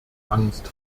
angst